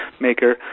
maker